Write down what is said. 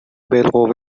بالقوه